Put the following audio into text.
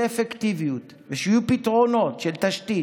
אפקטיביות ושיהיו פתרונות של תשתית,